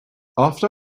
after